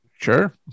sure